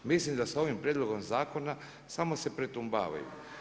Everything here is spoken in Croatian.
Mislim da sa ovim prijedlogom zakona samo se pretumbavaju.